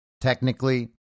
technically